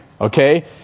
Okay